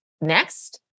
next